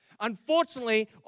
Unfortunately